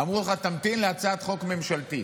אמרו לך: תמתין להצעת חוק ממשלתית.